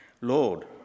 Lord